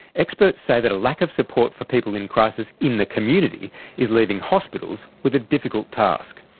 experts say that a lack of support for people in crisis in the community is leaving hospitals with a difficult task.